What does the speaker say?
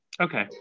Okay